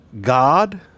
God